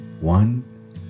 One